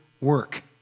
work